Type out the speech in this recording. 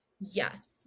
Yes